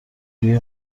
روی